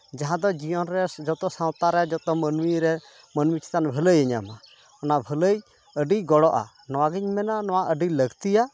ᱡᱟᱦᱟᱸ ᱫᱚ ᱡᱤᱭᱚᱱ ᱨᱮ ᱡᱚᱛᱚ ᱥᱟᱶᱛᱟ ᱨᱮ ᱡᱚᱛᱚ ᱢᱟᱹᱱᱢᱤ ᱨᱮ ᱢᱟᱹᱱᱢᱤ ᱪᱮᱛᱟᱱ ᱵᱷᱟᱹᱞᱟᱹᱟᱭᱮ ᱧᱟᱢᱟ ᱚᱱᱟ ᱵᱷᱟᱹᱞᱟᱹᱭ ᱟᱹᱰᱤ ᱜᱚᱲᱚᱜᱼᱟ ᱱᱚᱣᱟᱜᱤᱧ ᱢᱮᱱᱟ ᱱᱚᱣᱟ ᱟᱹᱰᱤ ᱞᱟᱹᱠᱛᱤᱭᱟ